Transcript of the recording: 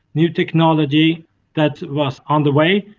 new technology that was underway,